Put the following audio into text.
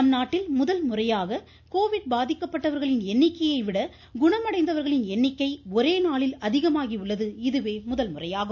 நம்நாட்டில் முதல்முறையாக கோவிட் பாதிக்கப்பட்டவர்களின் எண்ணிக்கையை குணமடைந்தவர்களின் எண்ணிக்கை ஒரேநாளில் அதிகமாகியுள்ளது இதுவே விட முதல்முறையாகும்